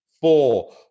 four